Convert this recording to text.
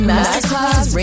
Masterclass